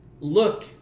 Look